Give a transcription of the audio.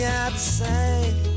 outside